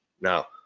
Now